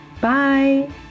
Bye